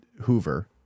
Hoover